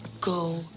Go